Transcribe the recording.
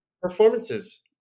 performances